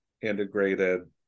integrated